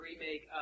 remake